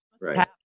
Right